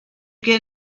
get